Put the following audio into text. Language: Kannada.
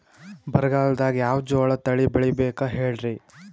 ಬರಗಾಲದಾಗ್ ಯಾವ ಜೋಳ ತಳಿ ಬೆಳಿಬೇಕ ಹೇಳ್ರಿ?